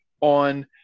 on